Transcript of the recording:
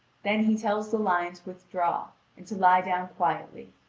then he tells the lion to withdraw and to lie down quietly,